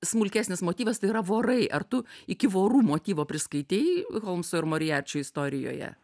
smulkesnis motyvas tai yra vorai ar tu iki vorų motyvo priskaitei holmso ir moriarčio istorijoje